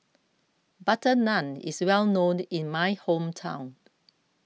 Butter Naan is well known in my hometown